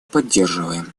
поддерживаем